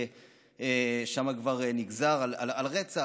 ששם כבר נגזר על רצח.